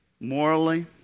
morally